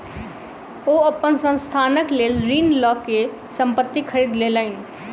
ओ अपन संस्थानक लेल ऋण लअ के संपत्ति खरीद लेलैन